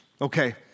Okay